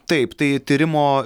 taip tai tyrimo